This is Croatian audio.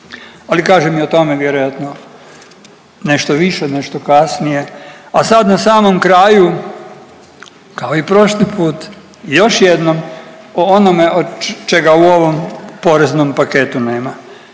ali kažem i o tome vjerojatno nešto više nešto kasnije. A sad na samom kraju kao i prošli put još jednom o onome čega u ovom poreznom paketu nema